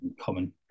common